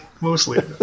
Mostly